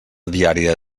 diària